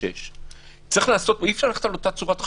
6. אי-אפשר ללכת על אותה צורת חשיבה.